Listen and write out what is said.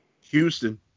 Houston